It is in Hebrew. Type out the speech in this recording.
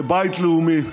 בבית לאומי,